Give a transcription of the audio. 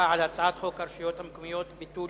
להצבעה על הצעת חוק הרשויות המקומיות (ביטול